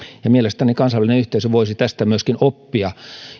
mielestäni kansainvälinen yhteisö voisi tästä myöskin oppia